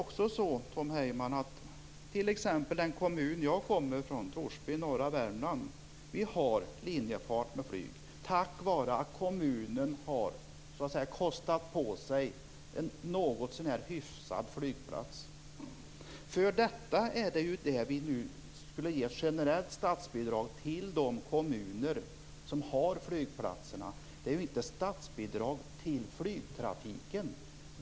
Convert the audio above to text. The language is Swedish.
Men, Tom Heyman, i t.ex. den kommun som jag kommer från, Torsby kommun i norra Värmland, har vi linjefart med flyg tack vare att kommunen så att säga har kostat på sig en något så när hyfsad flygplats. Generellt statsbidrag skulle nu alltså ges till de kommuner som har flygplatser. Det handlar inte om statsbidrag till flygtrafiken.